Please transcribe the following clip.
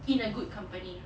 in a good company